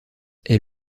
est